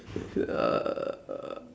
it's uh